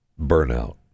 burnout